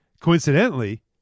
coincidentally